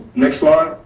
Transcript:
next lot.